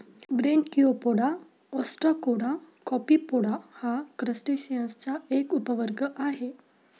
Branchiopoda, Ostracoda, Copepoda हा क्रस्टेसिअन्सचा एक उपवर्ग आहे